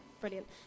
brilliant